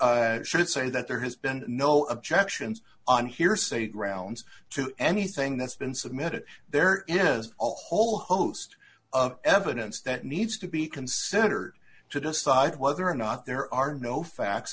it should say that there has been no objections on hearsay grounds to anything that's been submitted there is a whole host of evidence that needs to be considered to decide whether or not there are no facts